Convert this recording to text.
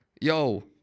Yo